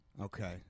Okay